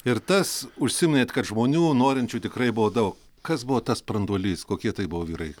ir tas užsiminėt kad žmonių norinčių tikrai buvo dau kas buvo tas branduolys kokie tai buvo vyrai